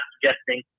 suggesting